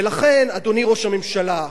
ולכן, אדוני ראש הממשלה,